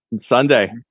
Sunday